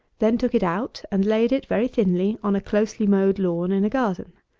then took it out, and laid it very thinly on a closely-mowed lawn in a garden.